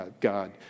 God